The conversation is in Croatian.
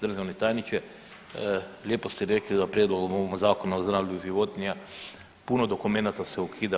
Državni tajniče, lijepo ste rekli da prijedlogom ovog Zakona o zdravlju životinja puno dokumenta se ukida.